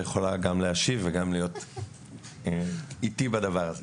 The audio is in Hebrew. יכולה גם להשיב וגם להיות איתי בדבר הזה.